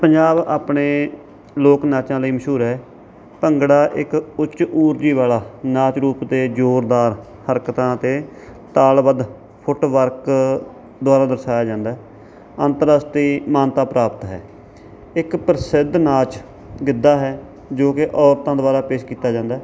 ਪੰਜਾਬ ਆਪਣੇ ਲੋਕ ਨਾਚਾਂ ਲਈ ਮਸ਼ਹੂਰ ਹੈ ਭੰਗੜਾ ਇੱਕ ਉੱਚ ਊਰਜਾ ਵਾਲਾ ਨਾਚ ਰੂਪ ਦੇ ਜ਼ੋਰਦਾਰ ਹਰਕਤਾਂ ਅਤੇ ਤਾਲਬੱਧ ਫੁੱਟਵਰਕ ਦੁਆਰਾ ਦਰਸਾਇਆ ਜਾਂਦਾ ਹੈ ਅੰਤਰਰਾਸ਼ਟਰੀ ਮਾਨਤਾ ਪ੍ਰਾਪਤ ਹੈ ਇੱਕ ਪ੍ਰਸਿੱਧ ਨਾਚ ਗਿੱਧਾ ਹੈ ਜੋ ਕਿ ਔਰਤਾਂ ਦੁਆਰਾ ਪੇਸ਼ ਕੀਤਾ ਜਾਂਦਾ ਹੈ